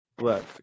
look